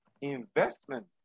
Investment